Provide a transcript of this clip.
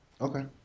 Okay